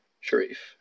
Sharif